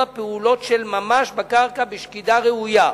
פעולות של ממש בקרקע בשקידה ראויה".